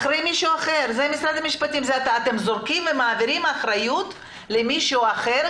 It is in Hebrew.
אחראי מישהו אחר אתם מעבירים אחריות למישהו אחר,